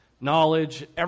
knowledge